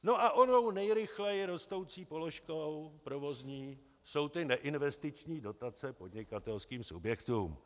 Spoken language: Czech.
No a onou nejrychleji rostoucí položkou provozní jsou ty neinvestiční dotace podnikatelským subjektům.